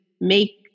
make